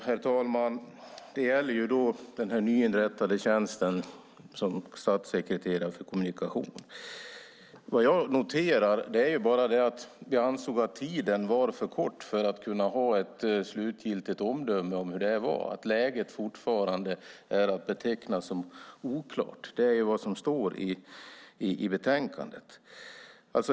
Herr talman! Det gäller den nyinrättade tjänsten som statssekreterare för kommunikation. Vad jag noterar är att vi ansåg att tiden var för kort för att vi skulle kunna ha ett slutgiltigt omdöme om hur detta var och att läget fortfarande är att beteckna som oklart. Det är vad som står i betänkandet.